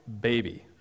baby